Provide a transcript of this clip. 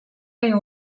ayı